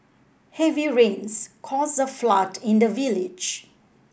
heavy rains caused a flood in the village